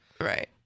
Right